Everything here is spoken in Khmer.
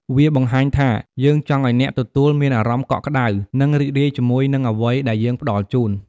វាបង្ហាញថា យើងចង់ឱ្យអ្នកទទួលមានអារម្មណ៍កក់ក្តៅ និងរីករាយជាមួយនឹងអ្វីដែលយើងផ្តល់ជូន។